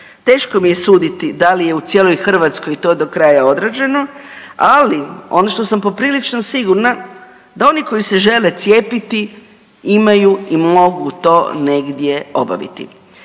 Teško mi je suditi da li je u cijeloj Hrvatskoj to do kraja odrađeno, ali ono što sam poprilično sigurna da oni koji se žele cijepiti imaju i mogu to negdje obaviti.